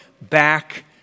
back